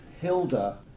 Hilda